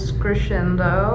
crescendo